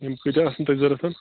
یِم کۭتیٛاہ آسن تۄہہِ ضوٚرت حظ